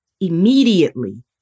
immediately